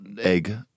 egg-